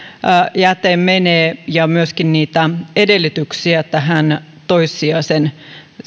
jäte menee ja myöskin niitä edellytyksiä tähän toissijaiseen